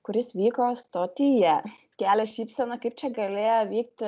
kuris vyko stotyje kelia šypseną kaip čia galėjo vykti